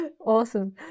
Awesome